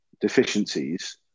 deficiencies